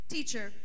Teacher